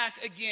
again